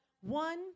one